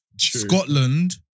Scotland